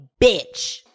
bitch